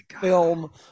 film